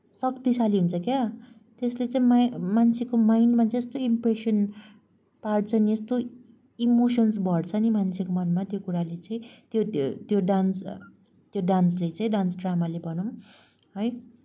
शक्तिशाली हुन्छ क्या त्यसले चाहिँ मान्छे मान्छेको माइन्डमा जस्तो इम्प्रेसन पार्छ नि यस्तो इमोसन्स भर्छ नि मान्छेको मनमा त्यो कुराहरूले चाहिँ त्यो त्यो डान्स त्यो डान्सले चाहिँ डान्स ड्रामाले भनौँ है